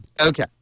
Okay